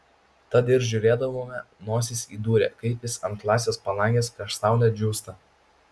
tad ir žiūrėdavome nosis įdūrę kaip jis ant klasės palangės prieš saulę džiūsta